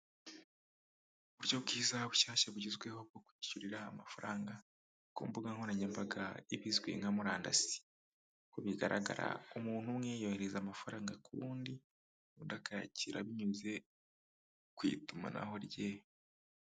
Uburyo bwiza bushyashya bugezweho bwo kwishyurira amafaranga ku mbuga nkoranyambaga ibizwi nka murandasi, ku bigaragara umuntu umwe yohereza amafaranga ku wundi undi akayakira binyuze ku itumanaho rye.